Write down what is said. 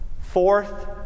Fourth